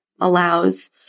allows